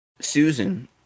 Susan